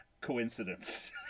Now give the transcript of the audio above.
coincidence